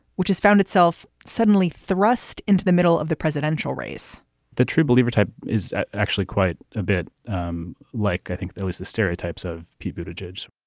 which has found itself suddenly thrust into the middle of the presidential race the true believer type is actually quite a bit um like. i think there was the stereotypes of people to judge.